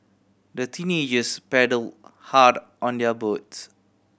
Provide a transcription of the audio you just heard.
the teenagers paddle hard on their boats